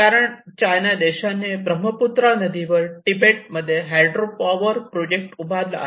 कारण चायना देशाने ब्रह्मपुत्रा नदीवर तिबेटमध्ये हायड्रो पॉवर प्रोजेक्ट उभारला आहे